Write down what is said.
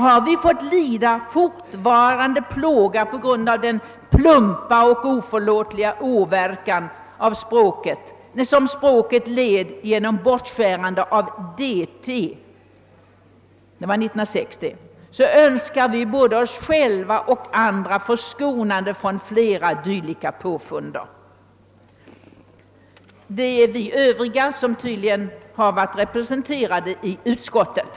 Har vi fått lida fortvarande plågor »på grund av den plumpa och oförlåtliga åverkan språket led genom bortskärande av dt» — det var 1906 — »önska vi både oss själva och andra förskonade från flera dylika påfund». Det är »vi övriga» som tydligen har varit representerade i utskottet.